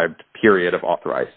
circumscribed period of authorized